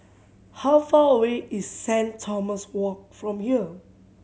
how far away is Saint Thomas Walk from here